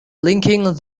linking